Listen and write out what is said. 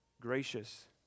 gracious